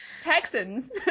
Texans